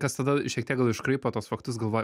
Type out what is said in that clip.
kas tada šiek tiek gal iškraipo tuos faktus galvoju